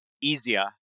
easier